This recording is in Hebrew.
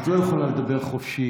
זה לא בתקנון, לך תבדוק.